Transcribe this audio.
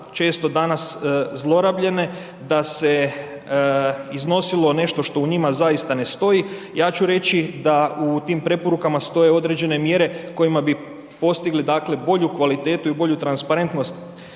često danas zlorabljene, da se iznosilo nešto što u njima zaista ne stoji, ja ću reći da u tim preporukama stoje određene mjere kojima bi postigli dakle bolju kvalitetu i bolju transparentnost